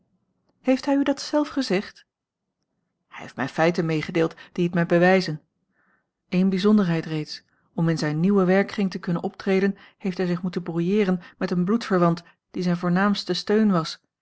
heeft hij u dat zelf gezegd hij heeft mij feiten meegedeeld die het mij bewezen een bijzonderheid reeds om in zijn nieuwen werkkring te kunnen optreden heeft hij zich moeten brouilleeren met een bloedverwant die zijn voornaamste steun was